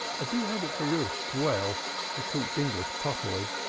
do hope it's a real swell who talks english properly.